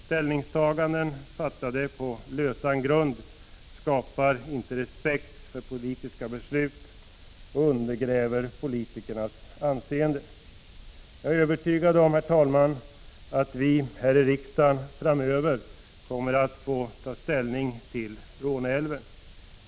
Ställningstaganden som gjorts på lösan grund skapar inte respekt för politiska beslut utan undergräver politikernas anseende. Herr talman! Jag är övertygad om att vi här i riksdagen framöver kommer att få ta ställning till Råneälven.